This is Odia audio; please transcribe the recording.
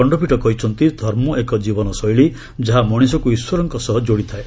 ଖଣ୍ଡପୀଠ କହିଛନ୍ତି ଧର୍ମ ଏକ ଜୀବନଶୈଳୀ ଯାହା ମଣିଷକୁ ଈଶ୍ୱରଙ୍କ ସହ ଯୋଡ଼ିଥାଏ